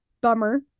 Bummer